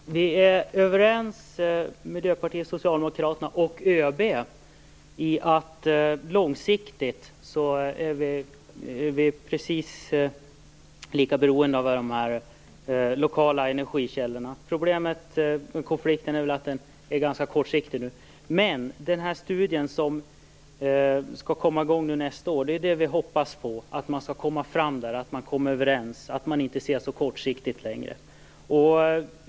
Fru talman! Vi är överens mellan Socialdemokraterna, Miljöpartiet och ÖB om att vi långsiktigt är beroende av de här lokala energikällorna. Problemet i den här konflikten är väl att man ser det ganska kortsiktigt. Vi hoppas på den studie som skall komma i gång nästa år. Vi hoppas att man skall kunna komma framåt och att man skall kunna komma överens och inte längre se så kortsiktigt.